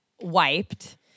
wiped